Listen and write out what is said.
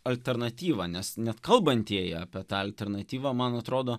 alternatyva nes net kalbantieji apie tą alternatyvą man atrodo